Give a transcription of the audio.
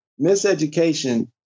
Miseducation